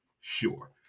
sure